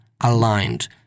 aligned